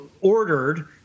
ordered